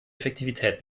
effektivität